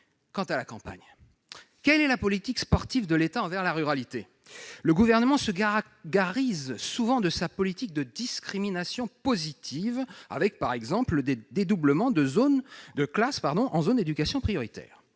Quant à la campagne ... Quelle est la politique sportive de l'État pour la ruralité ? Le Gouvernement se gargarise souvent de sa politique de « discrimination positive », avec, par exemple, le dédoublement de classes en zones d'éducation prioritaires.